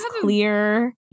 clear